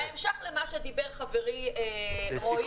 בהמשך למה שדיבר חברי, רועי